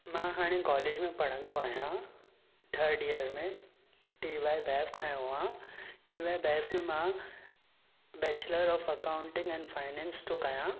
मां हाणे कॉलेज में पढ़िन्दो आहियां थर्ड ईयर में टी वाए बेफ खयो आहे टी वाए बेफ में मां bachelor of accounting and finance पियो कयां